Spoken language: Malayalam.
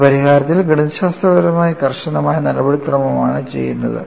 നമ്മൾ പരിഹാരത്തിൽ ഗണിതശാസ്ത്രപരമായി കർശനമായ നടപടിക്രമമാണ് ചെയ്യുന്നത്